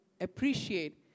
appreciate